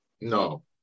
No